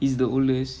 he's the oldest